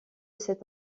cet